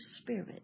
spirit